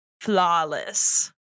flawless